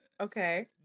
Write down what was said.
Okay